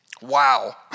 Wow